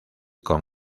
con